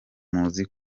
muzi